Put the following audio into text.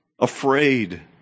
afraid